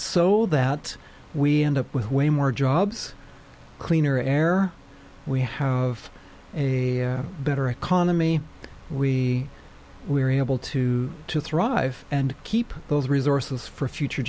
so that we end up with way more jobs cleaner air we have a better economy we were able to thrive and keep those resources for future